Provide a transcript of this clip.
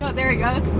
very good.